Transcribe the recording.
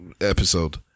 episode